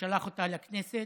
ששלח אותה לכנסת,